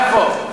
איפה?